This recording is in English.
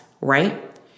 right